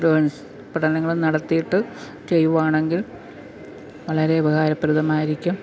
ഇതും പ്രകടനങ്ങളും നടത്തിട്ട് ചെയ്യുകയാണെങ്കിൽ വളരെ ഉപകാരപ്രദമായിരിക്കും